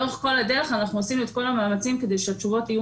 לאורך כל הדרך עשינו את כל המאמצים כדי שהתשובות יהיו